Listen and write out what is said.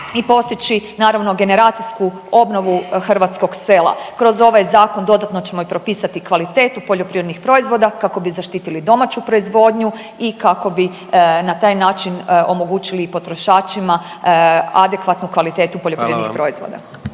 i postići naravno generacijsku obnovu hrvatskog sela. Kroz ovaj zakon dodatno ćemo i propisati kvalitetu poljoprivrednih proizvoda kako bi zaštitili domaću proizvodnju i kako bi na taj način omogućili i potrošačima adekvatnu kvalitetu poljoprivrednih …/Upadica